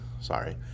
sorry